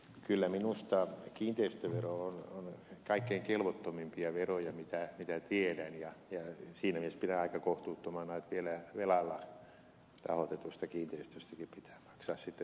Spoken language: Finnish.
kyllä minusta kiinteistövero on kaikkein kelvottomimpia veroja mitä tiedän ja siinä mielessä pidän aika kohtuuttomana että vielä velalla rahoitetusta kiinteistöstäkin pitää maksaa sitten sama vero kuin semmoisesta joka on omia va roja